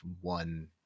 one